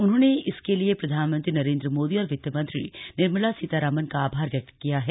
उन्होंने इसके लिए प्रधानमंत्री नरेंद्र मोदी और वित्त मंत्री निर्मला सीतारमन का आभार व्यक्त किया है